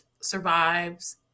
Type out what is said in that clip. survives